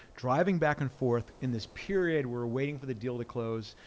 driving back and forth in this period, we're waiting for the deal to close,